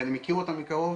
ואני מכיר אותם מקרוב,